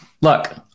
Look